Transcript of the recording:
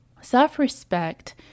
Self-respect